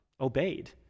obeyed